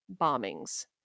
bombings